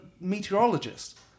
meteorologist